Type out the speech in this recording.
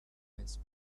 its